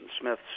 Smith's